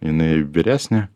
jinai vyresnė